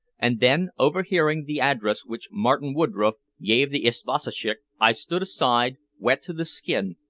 and then, overhearing the address which martin woodroffe gave the isvoshtchik, i stood aside, wet to the skin,